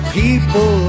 people